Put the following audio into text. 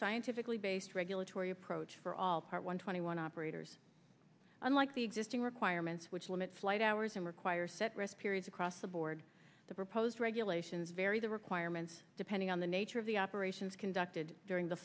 scientifically based regulatory approach for all part one twenty one operators unlike the existing requirements which limit flight hours and require rest periods across the board the proposed regulations vary the requirements depending on the nature of the operations conducted during the